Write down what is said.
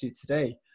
today